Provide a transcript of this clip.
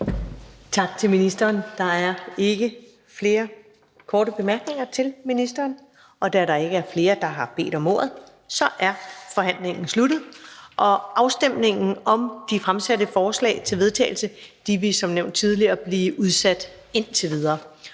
Tak til ministeren. Der er ikke flere korte bemærkninger til ministeren. Da der ikke er flere, der har bedt om ordet, er forhandlingen sluttet. Afstemningen om de fremsatte forslag til vedtagelse vil som nævnt tidligere blive udsat indtil videre.